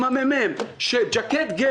עם מרכז המחקר והמידע של הכנסת,